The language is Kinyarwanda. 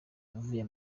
yavuye